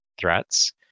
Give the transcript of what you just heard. threats